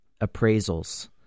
appraisals